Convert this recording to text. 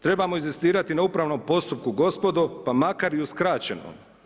Trebamo inzistirati na upravnom postupku gospodo, pa makar i uskraćeno.